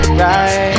right